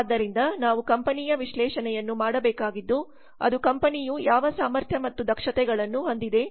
ಆದ್ದರಿಂದ ನಾವು ಕಂಪನಿಯ ವಿಶ್ಲೇಷಣೆಯನ್ನು ಮಾಡಬೇಕಾಗಿದ್ದು ಅದು ಕಂಪನಿಯು ಯಾವ ಸಾಮರ್ಥ್ಯ ಮತ್ತು ದಕ್ಷತೆಗಳನ್ನು ಹೊಂದಿದೆ